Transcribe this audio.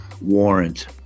warrant